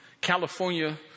California